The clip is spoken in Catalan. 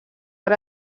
per